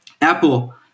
Apple